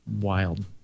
wild